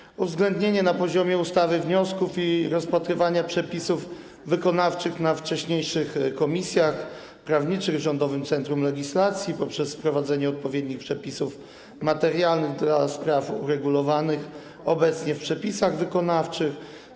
Chodzi o uwzględnienie na poziomie ustawy wniosków z rozpatrywania przepisów wykonawczych na wcześniejszych posiedzeniach komisji prawniczych w Rządowym Centrum Legislacji przez wprowadzenie odpowiednich przepisów materialnych dla spraw uregulowanych obecnie w przepisach wykonawczych.